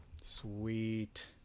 Sweet